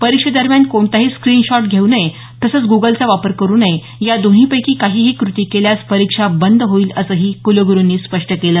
परीक्षेदरम्यान कोणताही स्क्रीनशॉट घेऊ नये तसंच ग्गलचा वापर करू नये या दोन्हीपैकी काहीही कृती केल्यास परीक्षा बंद होईल असं कुलगुरुंनी स्पष्ट केलं